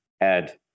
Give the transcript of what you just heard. add